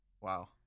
Wow